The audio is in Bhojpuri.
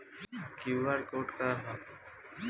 क्यू.आर कोड का ह?